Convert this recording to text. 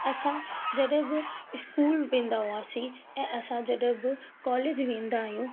असां जॾहिं बि स्कूल वेंदा हुआसीं ऐं असां जॾहिं बि कॉलेज वेंदा आहियूं